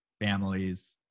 families